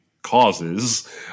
causes